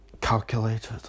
Calculated